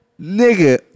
nigga